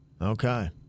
Okay